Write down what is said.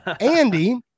Andy